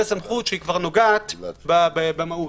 נוגעת כבר במהות.